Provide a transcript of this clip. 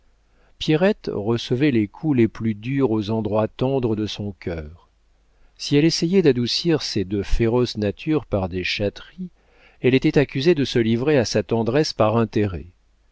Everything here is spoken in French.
pierrette recevait les coups les plus durs aux endroits tendres de son cœur si elle essayait d'adoucir ces deux féroces natures par des chatteries elle était accusée de se livrer à sa tendresse par intérêt